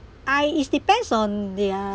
I it's depends on their